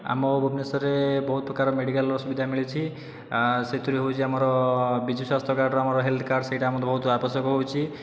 ଆମ ଭୁବନେଶ୍ୱରରେ ବହୁତ ପ୍ରକାର ମେଡ଼ିକାଲର ସୁବିଧା ମିଳିଛି ସେଥିରୁ ହେଉଛି ଆମର ବିଜୁ ସ୍ୱାସ୍ଥ୍ୟ କାର୍ଡ଼ର ଆମର ହେଲ୍ଥ କାର୍ଡ଼ ସେହିଟା ଆମକୁ ବହୁତ ଆବଶ୍ୟକ ହେଉଛି